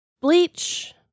Bleach